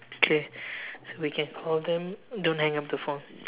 okay so we can call them don't hang up the phone